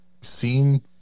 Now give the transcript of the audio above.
seen